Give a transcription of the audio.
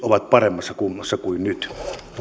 olisivat paremmassa kunnossa kuin nyt